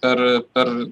per per